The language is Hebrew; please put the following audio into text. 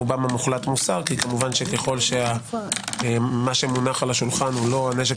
רובם המוחלט מוסר כי כמובן ככל שמה שמונח על השולחן הוא לא הנשק